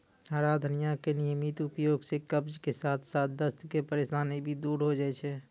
हरा धनिया के नियमित उपयोग सॅ कब्ज के साथॅ साथॅ दस्त के परेशानी भी दूर होय जाय छै